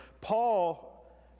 Paul